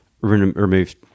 remove